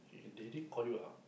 and they didn't call you up